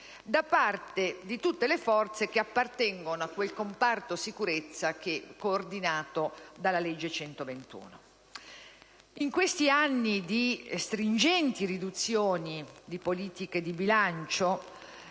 da parte di tutte le forze che appartengono a quel comparto sicurezza coordinato dalla legge n. 121 del 1981. In questi anni di stringenti riduzioni di politiche di bilancio,